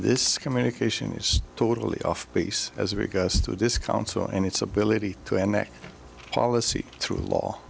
this communication is totally off base as regards to discount so and its ability to end that policy through law